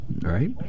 right